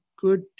good